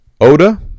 Oda